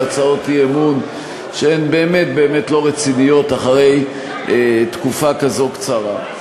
הצעות אי-אמון שהן באמת באמת לא רציניות אחרי תקופה כזו קצרה.